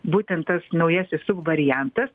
būtent tas naujasis subvariantas